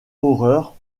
horreur